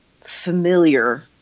familiar